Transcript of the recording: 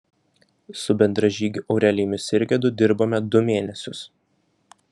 su bendražygiu aurelijumi sirgedu dirbome du mėnesius